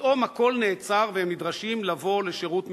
ופתאום הכול נעצר והם נדרשים לבוא לשירות מילואים.